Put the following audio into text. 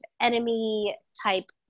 enemy-type